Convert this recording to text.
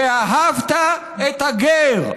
ואהבת את הגר,